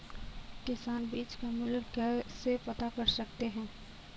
किसान बीज का मूल्य कैसे पता कर सकते हैं?